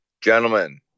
Gentlemen